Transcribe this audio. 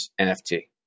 NFT